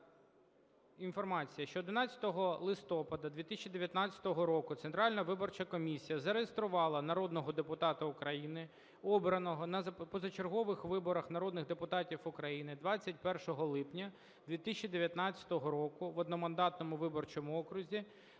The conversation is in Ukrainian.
інформація, що 11 листопада 2019 року Центральна виборча комісія зареєструвала народного депутата України обраного на позачергових виборах народних депутатів України 21 липня 2019 року в одномандатному виборчому окрузі